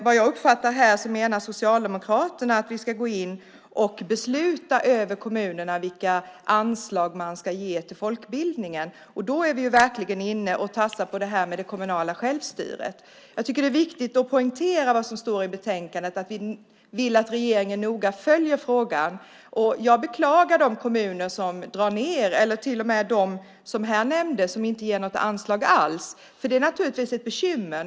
Som jag uppfattar det menar Socialdemokraterna att vi ska gå in och besluta över kommunerna och vilka anslag de ska ge till folkbildningen. Då är vi verkligen inne och tassar på det kommunala självstyret. Det är viktigt att poängtera vad som står i betänkandet. Där sägs nämligen att vi vill att regeringen noga följer frågan. Jag beklagar att det finns kommuner som drar ned och att det till och med finns kommuner som inte ger några anslag alls. Det är naturligtvis ett bekymmer.